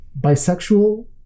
bisexual